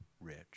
rich